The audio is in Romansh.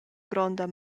gronda